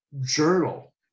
journal